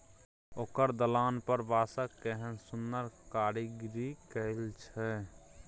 ओकर दलान पर बांसक केहन सुन्नर कारीगरी कएल छै